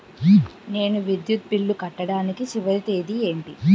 నేను విద్యుత్ బిల్లు కట్టడానికి చివరి తేదీ ఏంటి?